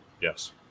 Yes